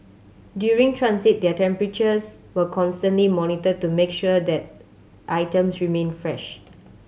during transit their temperatures were constantly monitored to make sure that items remain fresh